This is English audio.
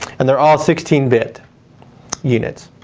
and they're all sixteen bit units.